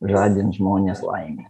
žadint žmones laimei